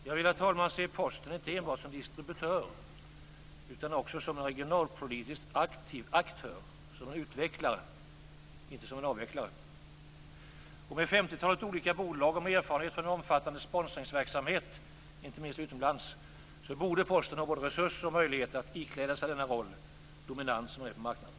Jag vill, fru talman, se Posten inte enbart som distributör utan också som regionalpolitiskt aktiv aktör - som en utvecklare, inte som en avvecklare. Med femtiotalet olika bolag och med erfarenhet från omfattande sponsringsverksamhet - inte minst utomlands - borde Posten ha både resurser och möjligheter att ikläda sig denna roll, dominant som man är på marknaden.